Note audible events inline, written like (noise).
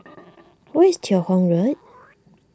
(noise) where is Teo Hong Road